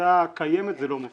בטיוטה הקיימת זה לא מופיע.